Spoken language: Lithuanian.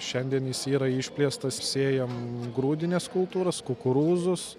šiandien jis yra išplėstas sėjam grūdines kultūras kukurūzus